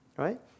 Right